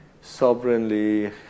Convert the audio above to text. sovereignly